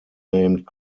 named